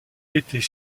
était